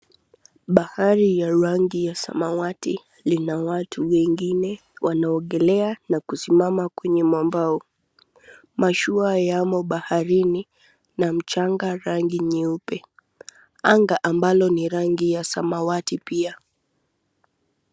Bahari ya rangi ya samawati lina watu wengine wanaogelea na kusimama kwenye mwambao. Mashua yamo baharini na mchanga rangi nyeupe. Anga ambalo ni rangi ya samawati pia.